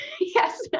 Yes